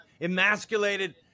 emasculated